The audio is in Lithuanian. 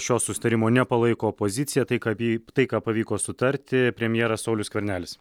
šio susitarimo nepalaiko opozicija tai ką vy tai ką pavyko sutarti premjeras saulius skvernelis